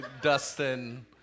Dustin